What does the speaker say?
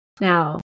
Now